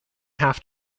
have